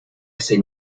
ese